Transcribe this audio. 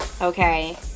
okay